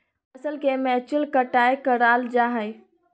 फसल के मैन्युअल कटाय कराल जा हइ